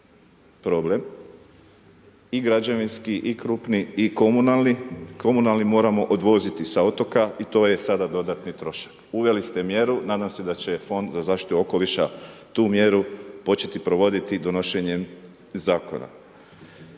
problem i građevinski i krupni i komunalni, komunalni moramo odvoziti sa otoka i to je sada dodatni trošak. Uveli ste mjeru, nadam se da će Fond za zaštitu okoliša tu mjeru početi provoditi donošenjem zakona.